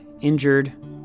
injured